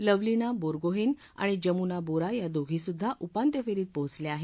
लवलिना बोगॉहेन आणि जमुना बोरा या दोघीसुद्धा उपांत्य फेरीत पोचल्या आहेत